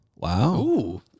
Wow